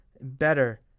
better